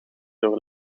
door